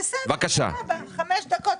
בסדר, ניפש עוד חמש דקות.